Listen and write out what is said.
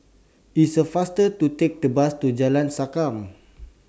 IT IS faster to Take The Bus to Jalan Sankam